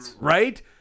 right